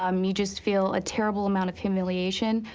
um you just feel a terrible amount of humiliation,